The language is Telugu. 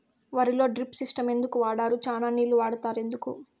వరిలో డ్రిప్ సిస్టం ఎందుకు వాడరు? చానా నీళ్లు వాడుతారు ఎందుకు?